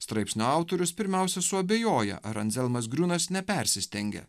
straipsnio autorius pirmiausia suabejoja ar anzelmas griūnas nepersistengia